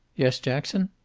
yes, jackson?